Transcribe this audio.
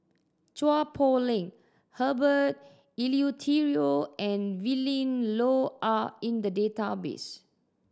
Chua Poh Leng Herbert Eleuterio and Willin Low are in the database